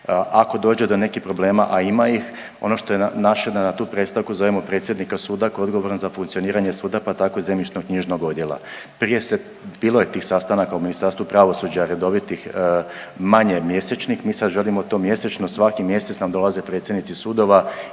Ako dođe do nekih problema, a ima ih ono što je naše da na tu predstavku zovemo predsjednika suda koji odgovoran za funkcioniranje suda pa tako i zemljišno-knjižnog odjela. Prije se bilo je tih sastanaka u Ministarstvu pravosuđa redovitih manje mjesečnih, mi sad želimo to mjesečno svaki mjesec nam dolaze predsjednici sudova